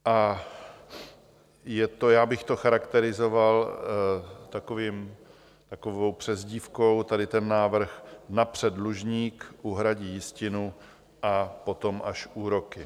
A já bych to charakterizoval takovou přezdívkou, tady ten návrh: napřed dlužník uhradí jistinu, a potom až úroky.